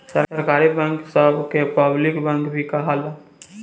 सरकारी बैंक सभ के पब्लिक बैंक भी कहाला